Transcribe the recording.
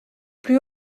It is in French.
plus